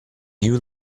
you